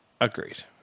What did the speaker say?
Agreed